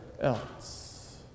else